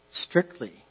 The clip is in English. strictly